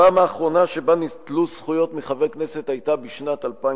הפעם האחרונה שבה ניטלו זכויות מחבר הכנסת היתה בשנת 2002,